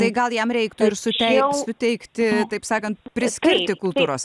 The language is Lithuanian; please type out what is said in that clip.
tai gal jam reiktų ir sutei suteikti taip sakant priskirti kultūros